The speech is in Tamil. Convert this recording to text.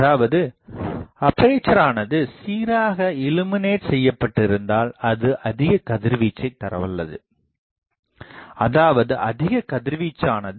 அதாவது அப்பேசரானது சீராக இல்லுமினேட் செய்யப்பட்டு இருந்தால் அது அதிகக் கதிர்வீச்சை தரவல்லது அதாவது அதிகக் கதிர்வீச்சானது